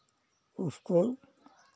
उसको